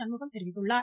சண்முகம் தெரிவித்துள்ளார்